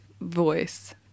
voice